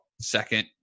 Second